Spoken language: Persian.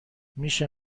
میشه